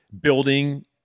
building